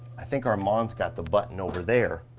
i think armand's got the button over there.